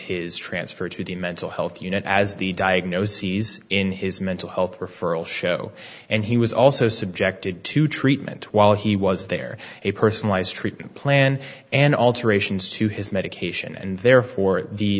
his transfer to the mental health unit as the diagnoses in his mental health referral show and he was also subjected to treatment while he was there a personalized treatment plan and alterations to his medication and therefore the